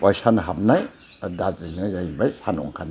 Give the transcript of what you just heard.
बा सान हाबनाय दार्जिलिङा जाहैबाय सान ओंखारनाय